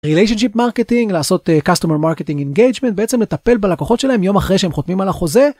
ריליישנשיפ מרקטינג לעשות קסטומר מרקטינג אינגייג'מנט בעצם לטפל בלקוחות שלהם יום אחרי שהם חותמים על החוזה.